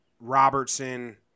Robertson